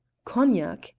cognac,